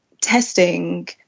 testing